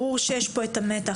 ברור שיש מתח.